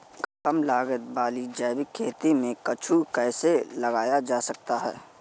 कम लागत वाली जैविक खेती में कद्दू कैसे लगाया जा सकता है?